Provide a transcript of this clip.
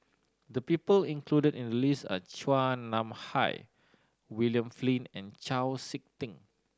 the people included in list are Chua Nam Hai William Flint and Chau Sik Ting